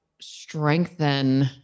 strengthen